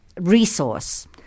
resource